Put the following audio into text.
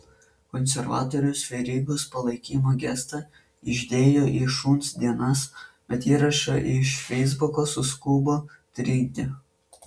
konservatorius verygos palaikymo gestą išdėjo į šuns dienas bet įrašą iš feisbuko suskubo trinti